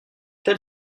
tel